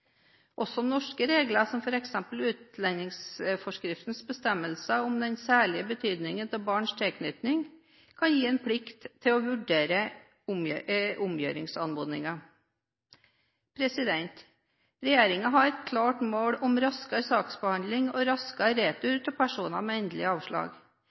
Også norske regler, som f.eks. utlendingsforskriftens bestemmelse om den særlige betydningen av barns tilknytning, kan gi en plikt til å vurdere omgjøringsanmodninger. Regjeringen har et klart mål om raskere saksbehandling og raskere retur av personer med endelig avslag.